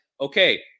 okay